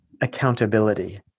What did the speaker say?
accountability